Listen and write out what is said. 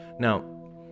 Now